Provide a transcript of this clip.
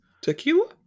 tequila